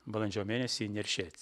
balandžio mėnesį neršėt